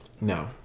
No